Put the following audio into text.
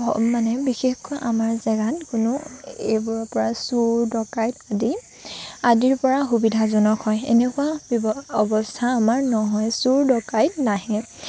মানে বিশেষকৈ আমাৰ জেগাত কোনো এইবোৰৰ পৰা চোৰ ডকাইত আদি আদিৰ পৰা সুবিধাজনক হয় এনেকুৱা অৱস্থা আমাৰ নহয় চোৰ ডকাইত নাহে